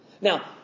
Now